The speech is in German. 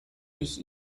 ich